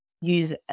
use